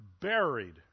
buried